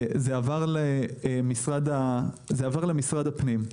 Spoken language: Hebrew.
זה עבר למשרד הפנים.